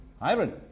Iron